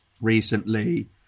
recently